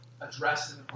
addressed